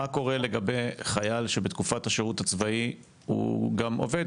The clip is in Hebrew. מה קורה לגבי חייל שבתקופת השירות הצבאי הוא גם עובד